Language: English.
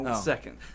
second